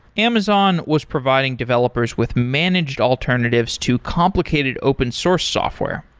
amazon was providing developers with managed alternatives to complicated open source software.